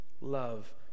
love